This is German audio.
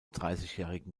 dreißigjährigen